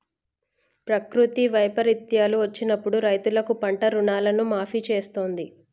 ప్రకృతి వైపరీత్యాలు వచ్చినప్పుడు రైతులకు పంట రుణాలను మాఫీ చేస్తాంది